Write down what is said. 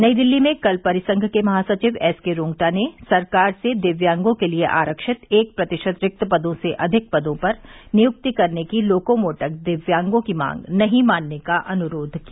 नई दिल्ली में कल परिसंघ के महासचिव एस के रूंगटा ने सरकार से दिव्यागो के लिए आरक्षित एक प्रतशित रिक्त पदों से अधिक पदों पर नियुक्ति करने की लोकोमोटर दिव्यांगों की मांग नहीं मानने का अनुरोध किया